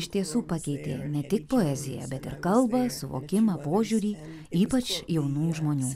iš tiesų pakeitė ne tik poeziją bet ir kalbą suvokimą požiūrį ypač jaunų žmonių